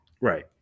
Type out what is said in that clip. Right